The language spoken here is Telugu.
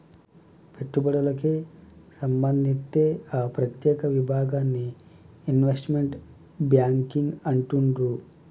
పెట్టుబడులకే సంబంధిత్తే ఆ ప్రత్యేక విభాగాన్ని ఇన్వెస్ట్మెంట్ బ్యేంకింగ్ అంటుండ్రు